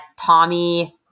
Tommy